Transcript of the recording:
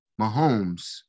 Mahomes